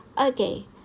okay